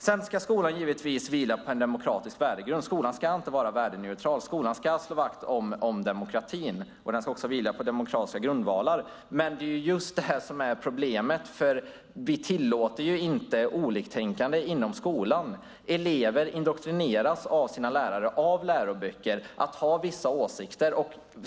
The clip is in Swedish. Den svenska skolan vilar givetvis på en demokratisk värdegrund. Skolan ska alltid vara värdeneutral. Skolan ska slå vakt om demokratin. Den ska också vila på demokratiska grundvalar. Det är just det som är problemet, för vi tillåter ju inte oliktänkande inom skolan. Elever indoktrineras av sina lärare och av läroböcker att ha vissa åsikter.